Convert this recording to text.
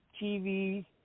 TV